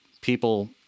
people